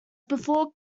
before